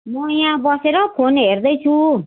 म यहाँ बसेर फोन हेर्दैछु